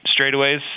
straightaways